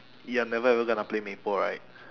you're never ever gonna play maple right